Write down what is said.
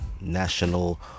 national